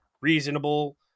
Reasonable